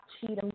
Cheatham